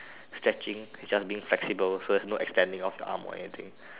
stretching it just being flexible so is not extending of your arm or anything